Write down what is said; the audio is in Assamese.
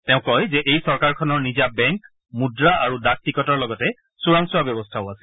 তেওঁ কয় যে এই চৰকাৰখনৰ নিজা বেংক মুদ্ৰা আৰু ডাক টিকটৰ লগতে চোৰাংচোৱা ব্যৱস্থাও আছিল